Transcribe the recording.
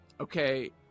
okay